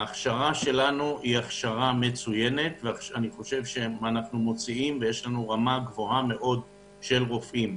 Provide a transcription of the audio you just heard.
ההכשרה שלנו היא מצוינת ויש רמה גבוהה של רופאים.